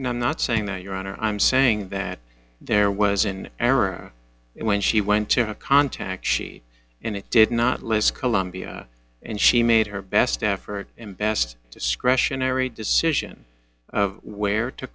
know i'm not saying that your honor i'm saying that there was an error when she went to contact she and it did not less columbia and she made her best effort and best discretionary decision of where to